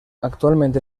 actualmente